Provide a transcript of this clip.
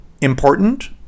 important